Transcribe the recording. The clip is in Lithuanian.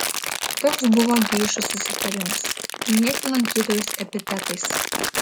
toks buvo geišų susitarimas minėti lankytojus epitetais